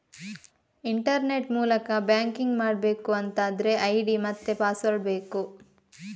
internet ಮೂಲಕ banking ಮಾಡ್ಬೇಕು ಅಂತಾದ್ರೆ ಐಡಿ ಮತ್ತೆ ಪಾಸ್ವರ್ಡ್ ಬೇಕು